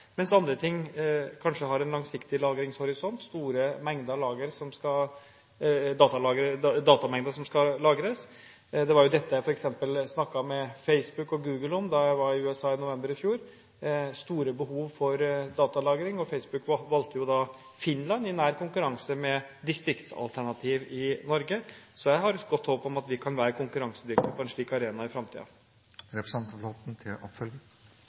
mens andre ting kanskje har en langsiktig lagringshorisont når det er store datamengder som skal lagres. Det var f.eks. dette jeg snakket med Facebook og Google om da jeg var i USA i november i fjor, om stort behov for datalagring. Facebook valgte Finland, i nær konkurranse med distriktsalternativer i Norge. Så jeg har et godt håp om at vi kan være konkurransedyktige på en slik arena i